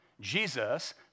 Jesus